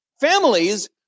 families